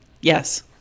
yes